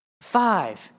Five